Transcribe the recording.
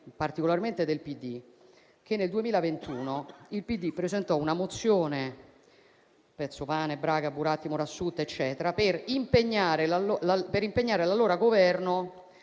particolarmente a quelli del PD, che nel 2021 il PD presentò una mozione (Pezzopane, Braga, Buratti, Morassut ed altri) per impegnare l'allora Governo